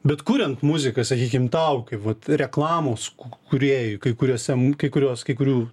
bet kuriant muziką sakykim tau kaip vat reklamos kū kūrėjų kai kuriose kai kurios kai kurių